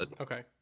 Okay